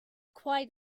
quite